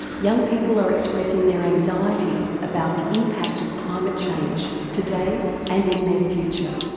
young people are expressing their anxieties about the impact of climate change, today and in their future.